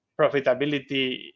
profitability